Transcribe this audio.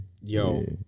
Yo